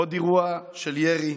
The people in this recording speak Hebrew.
עוד אירוע של ירי,